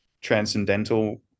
transcendental